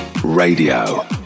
Radio